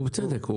ובצדק,